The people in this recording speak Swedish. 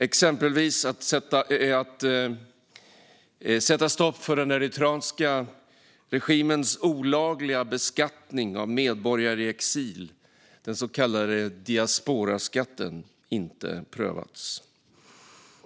Exempelvis har förslaget att sätta stopp för den eritreanska regimens olagliga beskattning av medborgare i exil, den så kallade diasporaskatten, inte prövats.